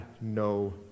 no